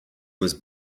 was